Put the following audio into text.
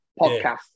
podcast